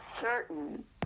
certain